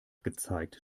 gezeigt